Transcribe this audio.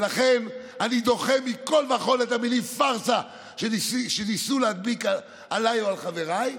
ולכן אני דוחה מכול וכול את המילה פארסה שניסו להדביק עליי או על חבריי,